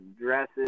dresses